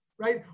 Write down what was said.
right